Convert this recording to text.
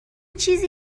چیزی